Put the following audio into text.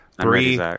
Three